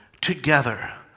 together